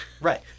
Right